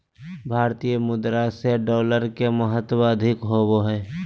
भारतीय मुद्रा से डॉलर के महत्व अधिक होबो हइ